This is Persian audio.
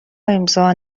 امضا